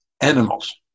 animals